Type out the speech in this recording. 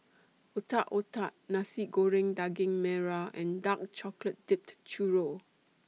Otak Otak Nasi Goreng Daging Merah and Dark Chocolate Dipped Churro